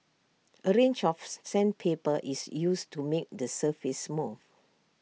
A range of sandpaper is used to make the surface smooth